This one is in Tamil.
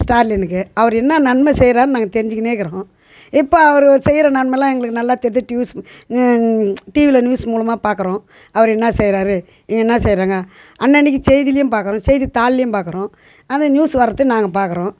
ஸ்டாலினுக்கு அவர் என்னா நன்மை செய்கிறாருன்னு நாங்கள் தெரிஞ்சிக்கினே இருக்குறோம் இப்போ அவர் செய்கிற நன்மையெலாம் எங்களுக்கு நல்லா தெரியுது டியூஸ் டிவியில நியூஸ் மூலமாக பார்க்கறோம் அவர் என்ன செய்கிறாரு இவங்க என்ன செய்கிறாங்க அன்னன்னைக்கு செய்தியிலையும் பார்க்கறோம் செய்தித்தாள்லையும் பார்க்கறோம் அது நியூஸ் வர்றது நாங்கள் பார்க்கறோம்